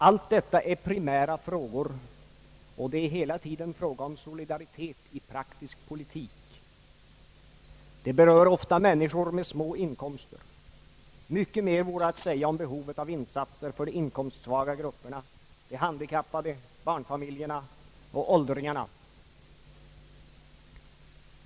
Allt detta är primära frågor, och det är hela tiden fråga om solidaritet i praktisk politik. Det berör ofta människor med små inkomster. Mycket mera vore att säga om behovet av insatser för de inkomstsvaga grupperna, de handikappade, barnfamiljerna och åldringarna.